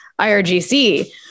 IRGC